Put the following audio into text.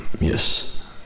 Yes